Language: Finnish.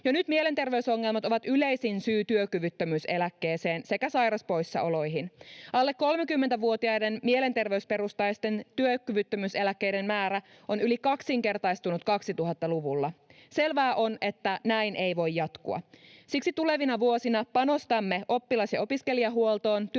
Jo nyt mielenterveysongelmat ovat yleisin syy työkyvyttö-myyseläkkeeseen sekä sairauspoissaoloihin. Alle 30-vuotiaiden mielenterveysperusteisten työkyvyttömyyseläkkeiden määrä on yli kaksinkertaistunut 2000-luvulla. Selvää on, että näin ei voi jatkua. Siksi tulevina vuosina panostamme oppilas‑ ja opiskelijahuoltoon,